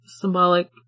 symbolic